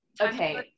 okay